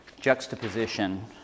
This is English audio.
juxtaposition